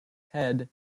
head